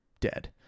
dead